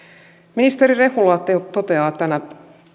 ministeri rehula toteaa tämän